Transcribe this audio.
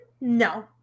No